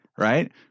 Right